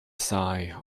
sigh